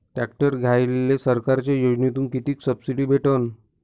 Tractor घ्यायले सरकारच्या योजनेतून किती सबसिडी भेटन?